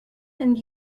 and